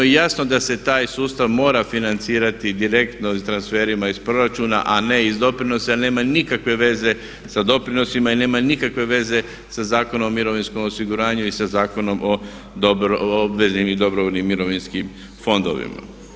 I jasno da se taj sustav mora financirati i direktno transferima iz proračuna, a ne iz doprinosa, jer nema nikakve veze sa doprinosima i nema nikakve veze sa Zakonom o mirovinskom osiguranju i sa Zakonom o obveznim i dobrovoljnim mirovinskim fondovima.